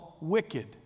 wicked